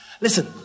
Listen